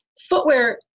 footwear